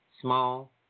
small